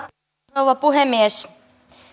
rouva puhemies